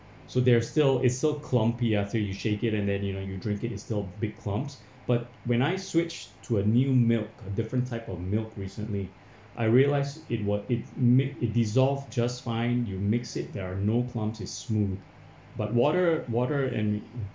so there are still it's so plumpy after you shake it and then you know you drink it it still big plumps but when I switched to a new milk different type of milk recently I realised it were it made it dissolved just fine you mix it there are no plump it's smooth but water water and